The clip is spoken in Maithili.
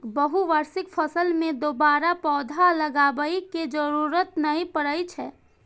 बहुवार्षिक फसल मे दोबारा पौधा लगाबै के जरूरत नै पड़ै छै